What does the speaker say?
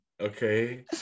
okay